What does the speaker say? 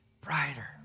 brighter